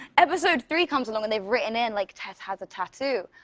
episode three comes along, and they've written in, like, tess has a tattoo,